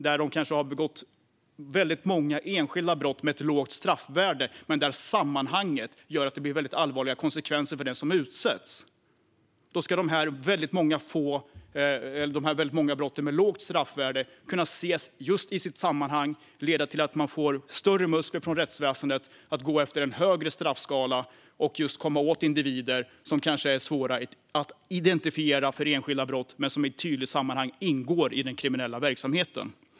De har kanske begått många enskilda brott med ett lågt straffvärde. Men sammanhanget gör att det blir mycket allvarliga konsekvenser för dem som utsätts. Då ska de många brott med lågt straffvärde kunna ses just i sitt sammanhang och leda till att rättsväsendet får större muskler att gå efter en högre straffskala för att komma åt individer som kanske är svårare att identifiera för enskilda brott men som i ett tydligt sammanhang ingår i den kriminella verksamheten.